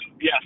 yes